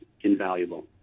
invaluable